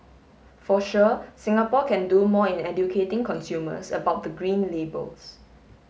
for sure Singapore can do more in educating consumers about the green labels